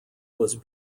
was